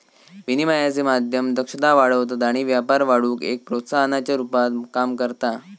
विनिमयाचे माध्यम दक्षता वाढवतत आणि व्यापार वाढवुक एक प्रोत्साहनाच्या रुपात काम करता